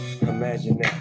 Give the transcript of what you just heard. Imagine